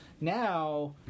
Now